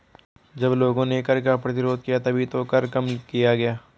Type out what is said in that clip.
जब लोगों ने कर का प्रतिरोध किया तभी तो कर कम किया गया